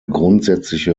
grundsätzliche